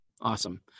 Awesome